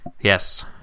yes